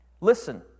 Listen